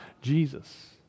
Jesus